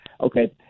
Okay